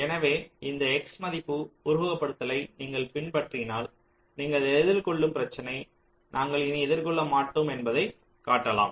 எனவே இந்த X மதிப்பு உருவகப்படுத்துதலை நீங்கள் பின்பற்றினால் நீங்கள் எதிர்கொள்ளும் பிரச்சினை நாங்கள் இனி எதிர்கொள்ள மாட்டோம் என்பதைக் காட்டலாம்